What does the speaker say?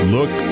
Look